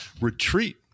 retreat